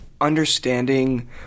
understanding